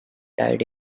died